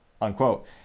unquote